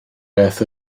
beth